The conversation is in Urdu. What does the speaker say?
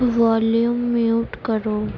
والیوم میوٹ کرو